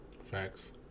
Facts